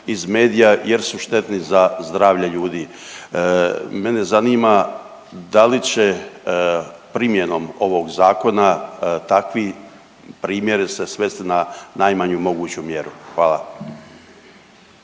iz medija jer su štetni za zdravlje ljudi. Mene zanima da li će primjenom ovog zakona takvi primjeri se svesti na najmanju moguću mjeru? Hvala.